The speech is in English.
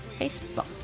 Facebook